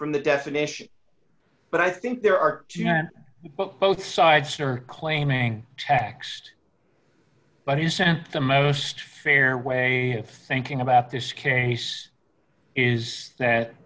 from the definition but i think there are you know what both sides are claiming taxed but who sent the most fair way of thinking about this carries is that